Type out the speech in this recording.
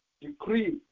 Decree